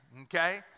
okay